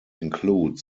include